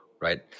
right